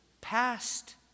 past